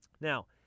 Now